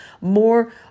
more